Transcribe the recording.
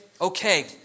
okay